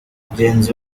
bagenzi